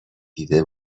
دیده